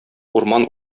урман